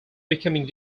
becoming